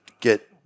get